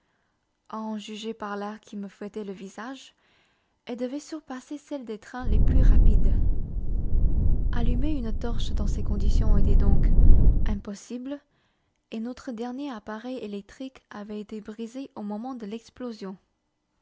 en juger par l'air qui me fouettait le visage elle devait surpasser celle des trains les plus rapides allumer une torche dans ces conditions était donc impossible et notre dernier appareil électrique avait été brisé au moment de l'explosion